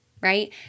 right